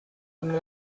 under